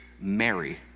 Mary